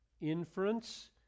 inference